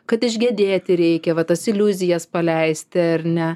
kad išgedėti reikia va tas iliuzijas paleisti ar ne